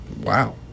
Wow